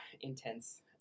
intense